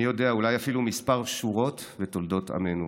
מי יודע, אולי אפילו כמה שורות, בתולדות עמנו.